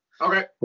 Okay